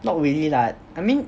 not really lah I mean